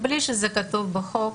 בלי שזה כתוב בחוק,